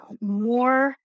more